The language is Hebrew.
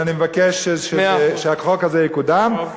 אני מבקש שהחוק הזה יקודם.